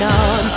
on